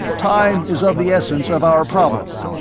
time is of the essence of our problem.